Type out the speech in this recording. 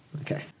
Okay